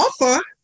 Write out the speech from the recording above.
offer